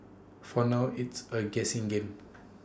for now it's A guessing game